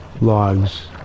logs